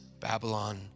Babylon